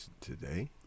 today